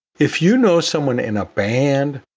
if you know someone in a band,